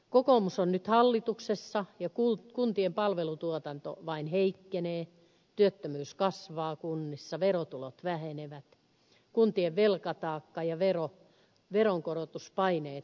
kokoomus on nyt hallituksessa ja kuntien palvelutuotanto vain heikkenee työttömyys kasvaa kunnissa verotulot vähenevät kuntien velkataakka ja veronkorotuspaineet lisääntyvät